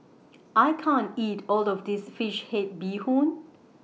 I can't eat All of This Fish Head Bee Hoon